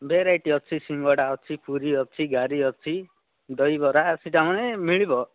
variety ଅଛି ସିଙ୍ଗଡ଼ା ଅଛି ପୁରି ଅଛି ଗାରି ଅଛି ଦହିବରା ସେଇଟା ମାନେ ମିଳିବ